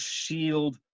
shield